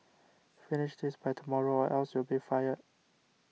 finish this by tomorrow or else you'll be fired